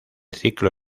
ciclo